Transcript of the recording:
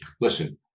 listen